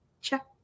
check